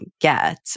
get